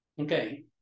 Okay